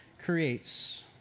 creates